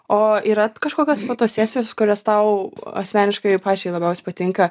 o yra kažkokios fotosesijos kurios tau asmeniškai pačiai labiausiai patinka